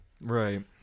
Right